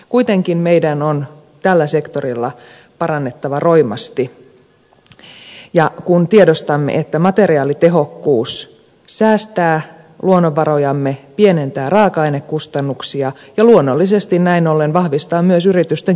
kuitenkin meidän on tällä sektorilla parannettava roimasti kun tiedostamme että materiaalitehokkuus säästää luonnonvarojamme pienentää raaka ainekustannuksia ja luonnollisesti näin ollen vahvistaa myös yritysten kilpailuasemaa